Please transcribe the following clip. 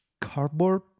cardboard